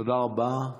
תודה רבה.